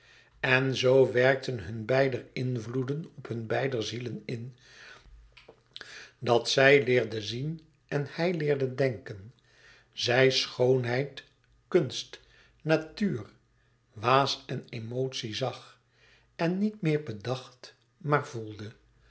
en zo werkten hunne beider invloeden op hunne beider zielen in dat zij leerde zien en hij leerde denken zij schoonheid kunst natuur waas en emotie zàg en niet meer bedacht maar voelde